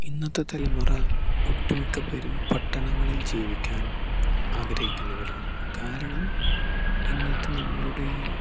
ഇന്നത്തെ തലമുറ ഒട്ടുമിക്കപേരും പട്ടണങ്ങളിൽ ജീവിക്കാൻ ആഗ്രഹിക്കുന്നവരാണ് കാരണം ഇന്നത്തെ നമ്മളുടെ ഈ